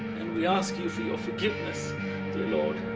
and we ask you for your forgiveness dear lord.